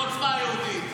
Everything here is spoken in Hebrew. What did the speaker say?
לא עוצמה יהודית.